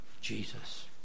jesus